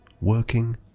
working